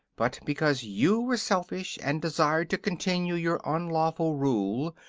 but because you were selfish and desired to continue your unlawful rule,